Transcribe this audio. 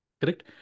Correct